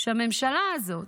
שהממשלה הזאת,